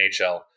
NHL